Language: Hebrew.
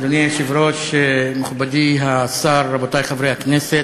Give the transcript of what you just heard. אדוני היושב-ראש, מכובדי השר, רבותי חברי הכנסת,